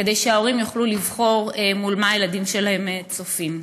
כדי שההורים יוכלו לבחור במה הילדים שלהם צופים.